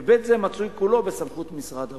היבט זה מצוי כולו בסמכות משרד האוצר.